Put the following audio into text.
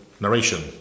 narration